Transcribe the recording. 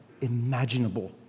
imaginable